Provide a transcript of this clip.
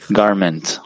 garment